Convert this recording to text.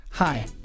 Hi